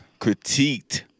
critiqued